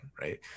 right